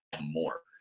more